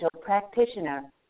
practitioner